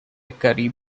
carib